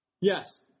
Yes